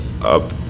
up